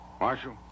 Marshal